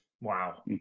Wow